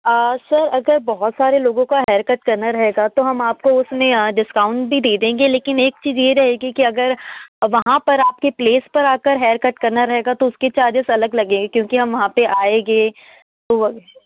sir अगर बहुत सारे लोगों का हेयर करना रहेगा तो हम आपको उसमें डिस्काउंट भी दे देंगे लेकिन एक चीज़ यह रहेगी कि अगर वहाँ पर आपके प्लेस पर आकर हेयर कट करना रहेगा तो उसके चार्जेस अलग लगेंगे क्योंकी हम वहाँ पर आएँगे तो